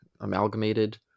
amalgamated